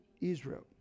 Israel